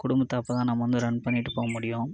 குடும்பத்தை அப்போ தான் நம்ம வந்து ரன் பண்ணிட்டு போக முடியும்